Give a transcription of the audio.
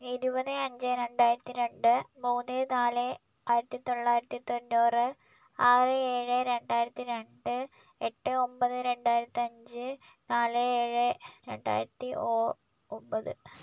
ഇരുപത് അഞ്ച് രണ്ടായിരത്തി രണ്ട് മൂന്ന് നാല് ആയിരത്തി തൊള്ളായിരത്തി തൊണ്ണൂറ് ആറ് ഏഴ് രണ്ടായിരത്തി രണ്ട് എട്ട് ഒമ്പത് രണ്ടായിരത്തി അഞ്ച് നാല് ഏഴ് രണ്ടായിരത്തി ഒ ഒമ്പത്